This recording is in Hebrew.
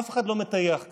אף אחד לא מטייח כאן,